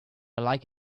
like